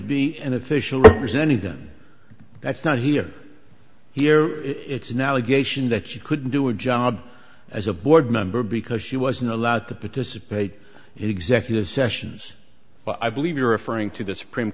be an official presenting then that's not here here it's now a geisha in that you couldn't do a job as a board member because she wasn't allowed to participate executive sessions but i believe you're referring to the supreme